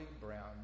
Brown